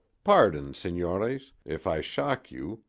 pardon, senores, if i shock you,